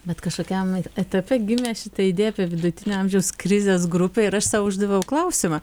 bet kažkokiam etape gimė šita idėja apie vidutinio amžiaus krizės grupę ir aš sau uždaviau klausimą